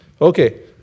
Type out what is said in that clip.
Okay